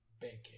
banking